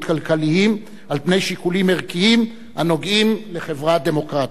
כלכליים על פני שיקולים ערכיים הנוגעים לחברה דמוקרטית.